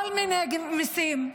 כל מיני מיסים.